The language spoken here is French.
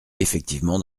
effectivement